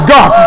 God